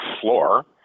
floor